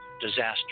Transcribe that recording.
disaster